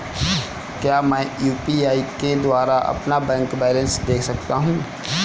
क्या मैं यू.पी.आई के द्वारा अपना बैंक बैलेंस देख सकता हूँ?